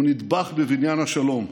הוא נדבך בבניין השלום,